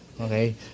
okay